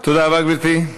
תודה רבה, גברתי.